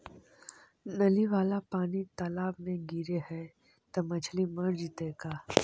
नली वाला पानी तालाव मे गिरे है त मछली मर जितै का?